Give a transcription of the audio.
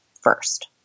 first